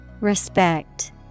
Respect